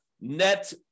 net